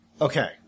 Okay